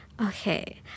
Okay